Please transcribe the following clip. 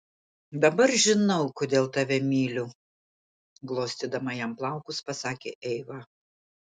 dabar žinau kodėl tave myliu glostydama jam plaukus pasakė eiva